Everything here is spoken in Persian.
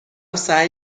سعی